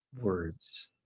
words